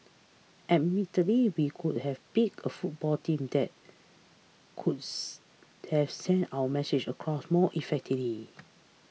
admittedly we could have picked a football team that could have sent our message across more effectively